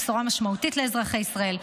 בשורה משמעותית לאזרחי ישראל,